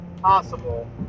possible